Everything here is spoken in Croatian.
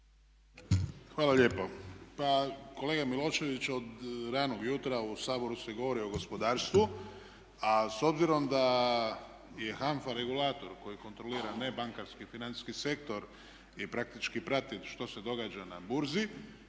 Hvala lijepo. Pa kolega Milošević od ranog jutra u Saboru se govori o gospodarstvu a s obzirom da je HANFA regulator koji kontrolira nebankarski financijski sektor i praktički prate što se događa na burzi